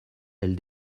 elle